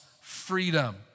freedom